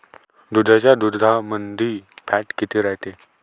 गाईच्या दुधामंदी फॅट किती रायते?